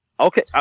Okay